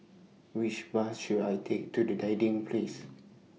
Which Bus should I Take to Dinding Place